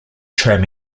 tram